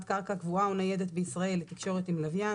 קרקע קבועה או ניידת בישראל לתקשורת עם לווין,